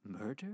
murder